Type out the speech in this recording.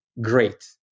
great